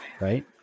right